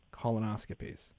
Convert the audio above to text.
colonoscopies